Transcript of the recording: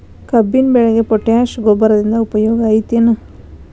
ಕಬ್ಬಿನ ಬೆಳೆಗೆ ಪೋಟ್ಯಾಶ ಗೊಬ್ಬರದಿಂದ ಉಪಯೋಗ ಐತಿ ಏನ್?